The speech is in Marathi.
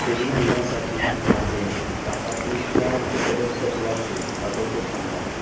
पुढील महिन्यासाठी माझे टाटा क्लिकच्या सदस्यत्वाचे ऑटोपे थांबवा